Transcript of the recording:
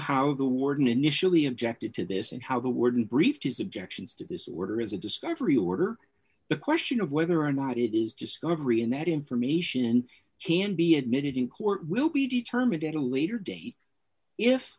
how the warden initially objected to this and how the warden briefed his objections to this order is a discovery order the question of whether or not it is discovery and that information can be admitted in court will be determined at a later date if